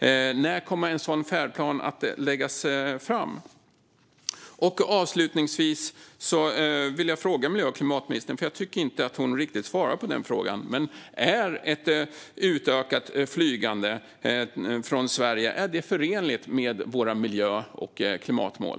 Och när kommer en sådan färdplan att läggas fram? Avslutningsvis har jag ännu en fråga till miljö och klimatministern, för jag tycker inte att hon riktigt svarade på den: Är ett utökat flygande från Sverige förenligt med våra miljö och klimatmål?